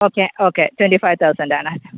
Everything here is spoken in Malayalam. okay okay twenty five thousand ആണ്